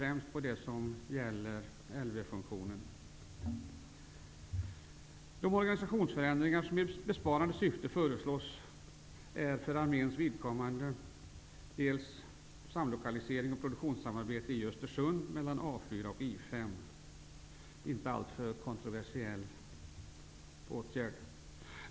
Jag tänker främst på De organisationsförändringar som i besparande syfte föreslås är för arméns vidkommande att man föreslår samlokalisering och produktionssamarbete i Östersund mellan A 4 och I 5, en inte alltför kontroversiell åtgärd.